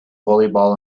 volleyball